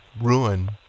ruin